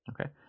Okay